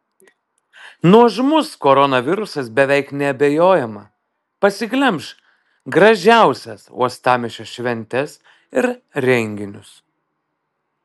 nuožmus koronavirusas beveik neabejojama pasiglemš gražiausias uostamiesčio šventes ir renginius